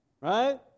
right